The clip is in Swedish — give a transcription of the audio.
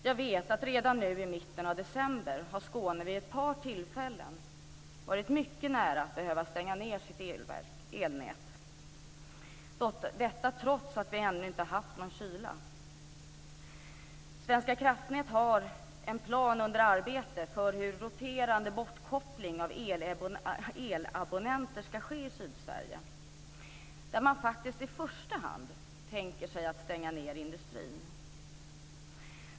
Jag vet att redan nu i mitten av december har Skåne vid ett par tillfällen varit mycket nära att behöva stänga sitt elnät, detta trots att vi ännu inte har haft någon kyla. Svenska kraftnät har en plan under arbete för hur roterande bortkoppling av elabonnenter ska ske i Sydsverige. I första hand tänker man sig faktiskt att man ska stänga industrin.